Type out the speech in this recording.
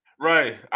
Right